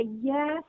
Yes